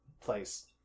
place